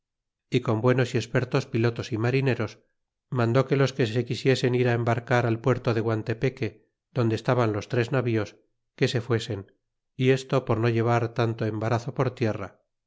y con buenos y expertos pilotos y marineros mandó que los que se quisiesen ir á embarcar al puerto de guantepeque donde estaban los tres navíos que se fuesen y esto por no llevar tanto embarazo por tierra